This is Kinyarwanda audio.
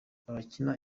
abakina